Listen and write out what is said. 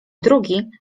drugi